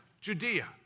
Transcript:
Judea